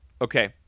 Okay